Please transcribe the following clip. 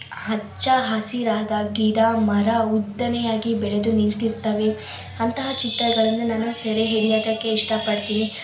ಹಚ್ಚಹಸಿರಾದ ಗಿಡ ಮರ ಉದ್ದನೆಯಾಗಿ ಬೆಳೆದು ನಿಂತಿರ್ತವೆ ಅಂತಹ ಚಿತ್ರಗಳನ್ನು ನಾನು ಸೆರೆ ಹಿಡ್ಯೋದಕ್ಕೆ ಇಷ್ಟ ಪಡ್ತೀನಿ